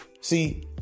See